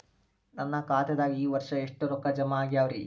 ನನ್ನ ಖಾತೆದಾಗ ಈ ವರ್ಷ ಎಷ್ಟು ರೊಕ್ಕ ಜಮಾ ಆಗ್ಯಾವರಿ?